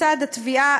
מצד התביעה,